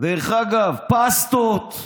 דרך אגב, פסטות,